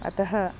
अतः